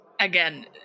Again